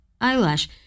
eyelash